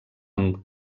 amb